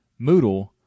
Moodle